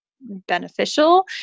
beneficial